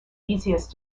easiest